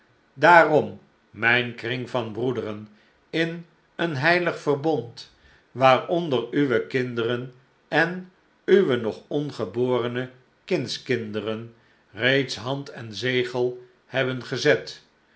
daarom mijn kring van broederen in een heilig verbond waaronder uwe kinderen en uwe nog ongeborene kindskinderen reeds hand en zegel hebben gezet